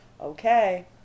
okay